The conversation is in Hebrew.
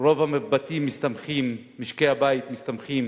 רוב משקי-הבית מסתמכים